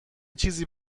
چیزی